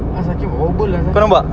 asal ki~ wobble lah sia